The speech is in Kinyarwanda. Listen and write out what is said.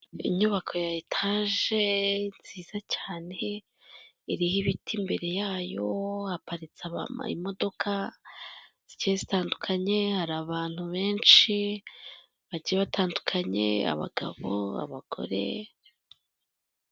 Inyubako ya etaje nziza cyane iriho ibiti imbere yayo, haparitse imodoka zigiye zitandukanye, hari abantu benshi, bagiye batandukanye abagabo, abagore.